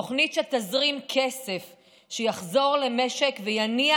תוכנית שתזרים כסף שיחזור למשק ויניע